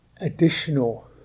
additional